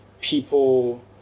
people